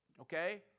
okay